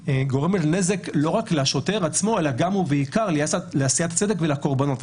גורמת נזק לא רק לשוטר עצמו אלא גם ובעיקר לעשיית הצדק ולקורבנות עצמם.